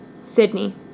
Sydney